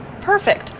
Perfect